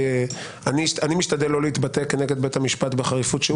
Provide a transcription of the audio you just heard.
אני משתדל לא להתבטא כנגד בית המשפט בחריפות שהוא